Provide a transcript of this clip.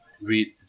read